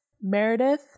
Meredith